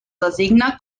designa